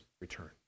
return